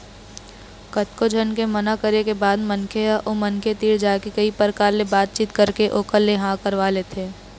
कतको झन के मना करे के बाद मनखे ह ओ मनखे तीर जाके कई परकार ले बात चीत करके ओखर ले हाँ करवा लेथे